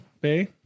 Bay